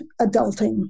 adulting